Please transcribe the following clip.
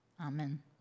Amen